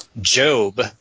Job